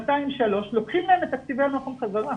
שנתיים-שלוש לוקחים להם את תקציבי הנוח"ם חזרה.